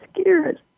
scared